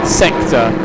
sector